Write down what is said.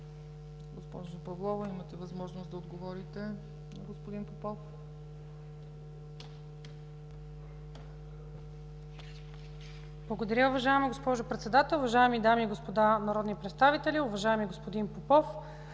Госпожо Павлова, имате възможност да отговорите на господин Попов. МИНИСТЪР ЛИЛЯНА ПАВЛОВА: Благодаря, уважаема госпожо Председател. Уважаеми дами и господа народни представители, уважаеми господин Попов!